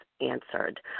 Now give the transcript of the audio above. answered